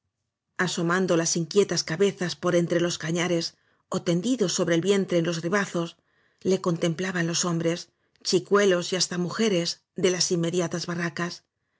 asomando las inquietas cabezas por entre los cañares ó tendidos sobre el vientre en los ribazos le contemplaban hombres chicuelos y hasta mujeres de las inmediatas barracas